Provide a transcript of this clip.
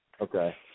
Okay